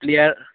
এতিয়াৰ